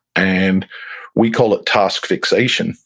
and we call it task fixation.